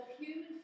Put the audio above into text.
human